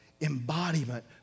embodiment